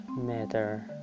matter